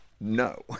no